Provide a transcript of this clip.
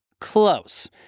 Close